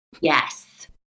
Yes